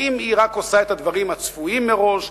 האם היא רק עושה את הדברים הצפויים מראש,